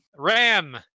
Ram